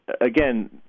again